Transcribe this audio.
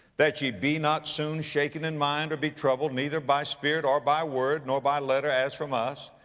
that ye be not soon shaken in mind, or be troubled, neither by spirit, or by word, nor by letter as from us,